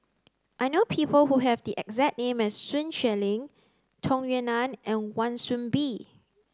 I know people who have the exact name as Sun Xueling Tung Yue Nang and Wan Soon Bee